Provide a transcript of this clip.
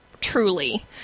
truly